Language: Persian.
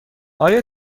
آیا